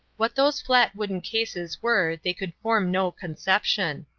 what those flat wooden cases were they could form no conception.